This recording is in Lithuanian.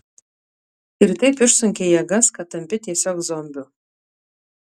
ir taip išsunkia jėgas kad tampi tiesiog zombiu